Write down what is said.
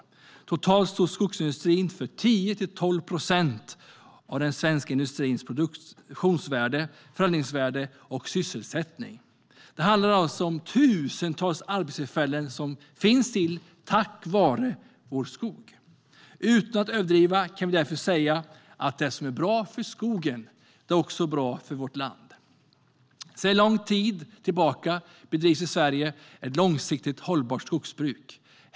Totalt står skogsindustrin för 10-12 procent av den svenska industrins produktionsvärde, förädlingsvärde och sysselsättning. Det handlar alltså om tusentals arbetstillfällen som finns till tack vare skogen. Utan att överdriva kan vi därför säga att det som är bra för skogen också är bra för vårt land. Sedan lång tid tillbaka bedrivs i Sverige ett långsiktigt hållbart skogsbruk.